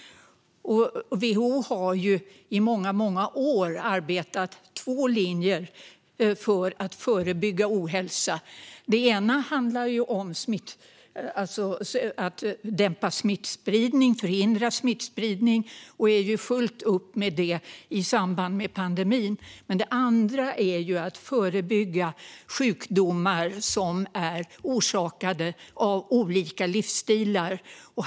WHO har i många år arbetat med två linjer för att förebygga ohälsa. Den ena handlar om att dämpa och förhindra smittspridning. Det har man fullt upp med i samband med pandemin. Den andra handlar om att förebygga sjukdomar orsakade av olika livsstilar.